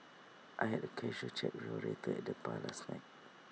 I had A casual chat with later at the bar last night